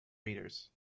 readers